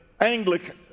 Anglican